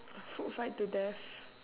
food fight to death